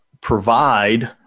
provide